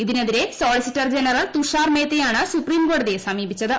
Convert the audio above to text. ഇതിനെതിരെ solicitor general Tushar മേഹ്തയാണ് സുപ്രീഠകോടതിയെ സമീപിച്ചത്